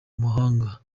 mahanga